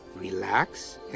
Relax